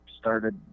started